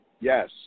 Yes